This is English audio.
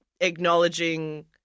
acknowledging